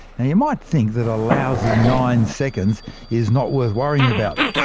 and you might think that a lousy nine seconds is not worth worrying about.